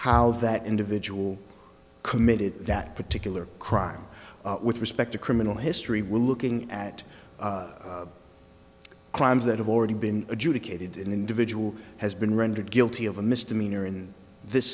how that individual committed that particular crime with respect to criminal history we're looking at crimes that have already been adjudicated in individual has been rendered guilty of a misdemeanor in this